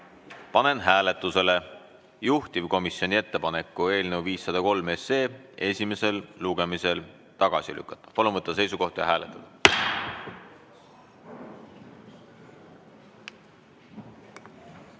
Panen hääletusele juhtivkomisjoni ettepaneku eelnõu 503 esimesel lugemisel tagasi lükata. Palun võtta seisukoht ja hääletada!